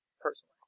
personally